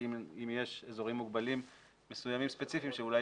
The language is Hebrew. כי אם יש אזורים מוגבלים מסוימים ספציפיים שאולי